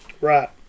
Right